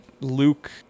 Luke